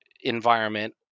environment